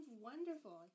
wonderful